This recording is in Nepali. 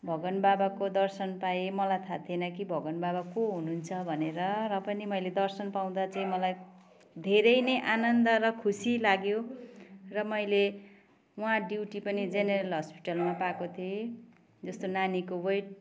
भगवान् बाबाको दर्शन पाएँ मलाई थाहा थिएन कि भगवान् बाबा को हुनुहुन्छ भनेर र पनि मैले दर्शन पाउँदा चाहिँ मलाई धेरै नै आनन्द र खुसी लाग्यो र मैले वहाँ ड्युटी पनि जेनरल हस्पिटलमा पाएको थिएँ जस्तो नानीको वेट